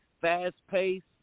fast-paced